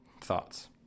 Thoughts